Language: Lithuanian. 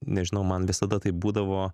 nežinau man visada taip būdavo